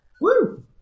Woo